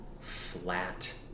flat